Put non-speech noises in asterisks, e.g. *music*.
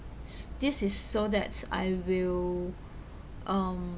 *noise* this is s~ so that I will um